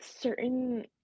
certain